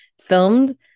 filmed